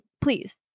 please